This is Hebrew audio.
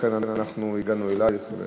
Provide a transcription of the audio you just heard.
לכן אנחנו הגענו אלייך,